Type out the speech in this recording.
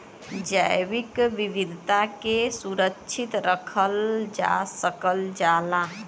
जैविक विविधता के सुरक्षित रखल जा सकल जाला